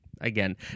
again